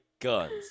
guns